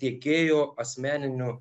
tiekėjo asmeniniu